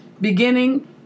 beginning